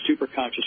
superconscious